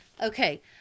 Okay